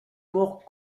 mort